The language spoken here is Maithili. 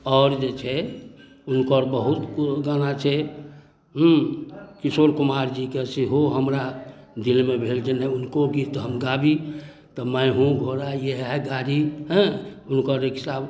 आओर जे छै हुनकर बहुत गाना छै हूँ किशोर कुमार जीके सेहो हमरा दिलमे भेल जे नहि हुनको गीत हम गाबी तऽ मै हूँ घोड़ा ये है गाड़ी हँ हुनकर इच्छा